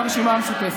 לרשימה המשותפת.